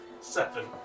Seven